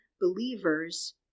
believers